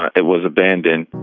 it was abandoned